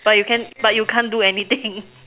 but you can but you can't do anything